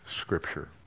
scripture